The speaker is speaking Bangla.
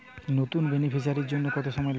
নতুন বেনিফিসিয়ারি জন্য কত সময় লাগবে?